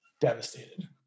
devastated